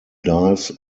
dives